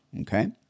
okay